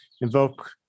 invoke